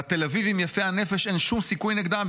לתל אביבים יפי הנפש אין שום סיכוי נגדם,